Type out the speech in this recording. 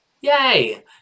Yay